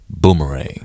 boomerang